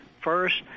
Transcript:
first